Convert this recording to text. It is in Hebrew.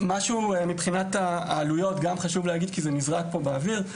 חשוב לי להגיד גם משהו מבחינת העלויות כי זה נזרק פה באוויר.